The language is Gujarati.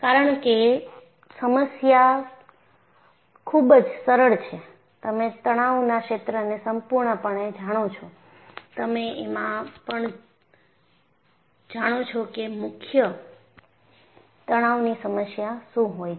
કારણ કે સમસ્યા ખૂબ જ સરળ છે તમે તણાવના ક્ષેત્રને સંપૂર્ણપણે જાણો છો તમે એમાં પણ જાણો છો કે મુખ્ય તણાવની વ્યાખ્યા શું હોય છે